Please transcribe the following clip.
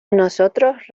nosotros